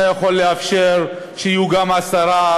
אתה יכול לאפשר שיהיו גם עשרה,